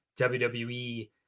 WWE